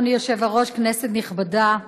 אדוני היושב-ראש, כנסת נכבדה,